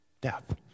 death